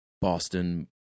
Boston